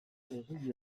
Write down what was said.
egile